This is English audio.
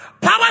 Power